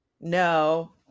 No